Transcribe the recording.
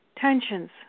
tensions